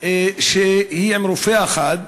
עם רופא אחד,